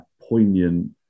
poignant